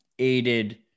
aided